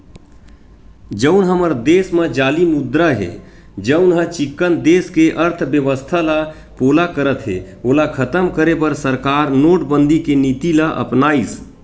जउन हमर देस म जाली मुद्रा हे जउनहा चिक्कन देस के अर्थबेवस्था ल पोला करत हे ओला खतम करे बर सरकार नोटबंदी के नीति ल अपनाइस